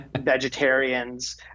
vegetarians